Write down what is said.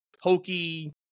hokey